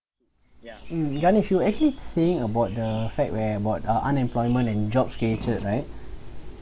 ganesh you actually saying about the fact where about uh unemployment and jobs right